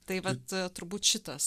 tai vat turbūt šitas